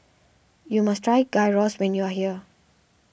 you must try Gyros when you're here